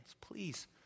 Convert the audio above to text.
please